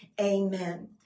amen